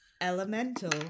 elemental